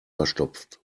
verstopft